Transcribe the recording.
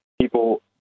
people